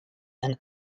and